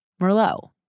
Merlot